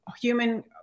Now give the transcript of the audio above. human